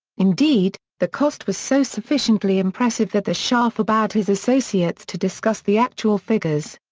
indeed, the cost was so sufficiently impressive that the shah forbade his associates to discuss the actual figures.